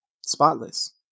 spotless